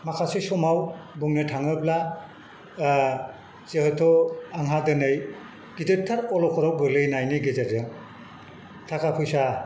माखासे समाव बुंनो थाङोब्ला जिहेतु आंहा दिनै गिदिरथार अलखदाव गोलैनायनि गेजेरजों थाखा फैसा